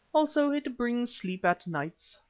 also it brings sleep at nights.